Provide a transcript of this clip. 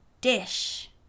dish